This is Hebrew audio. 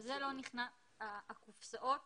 אבל הקופסאות